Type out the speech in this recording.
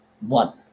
one